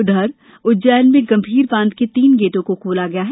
उधर उज्जैन में गंभीर बांध के तीन गेटों को खोला गया है